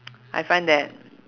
I find that